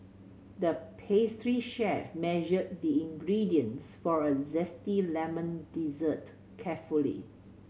the pastry chef measured the ingredients for a zesty lemon dessert carefully